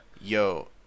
yo